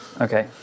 Okay